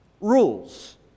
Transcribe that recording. rules